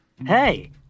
Hey